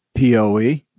poe